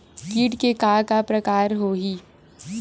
कीट के का का प्रकार हो होही?